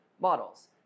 models